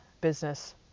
business